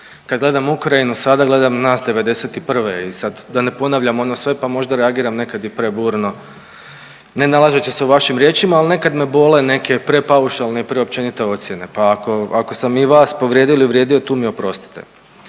Kad gledam Ukrajinu sada gledam nas '91. i sad da ne ponavljam ono sve pa možda reagiram nekad i preburno ne nalazeći se u vašim riječima, ali nekad me bole neke prepaušalne i preopćenite ocijene, pa ako, ako sam i vas povrijedio ili uvrijedi tu mi oprostite.